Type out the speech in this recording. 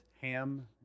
Ham